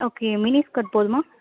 okay mini skirt போதுமா